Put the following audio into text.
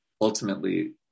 ultimately